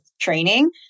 training